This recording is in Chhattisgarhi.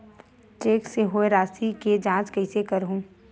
चेक से होए राशि के जांच कइसे करहु?